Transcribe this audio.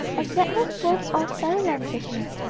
and that was worth all fairyland to him.